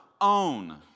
own